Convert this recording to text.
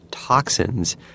Toxins